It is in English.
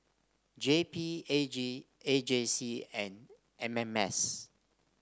J P A G A J C and M M S